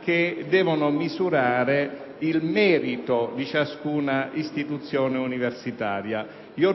che devono misurare il merito di ciascuna istituzione universitaria.